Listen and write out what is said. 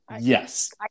Yes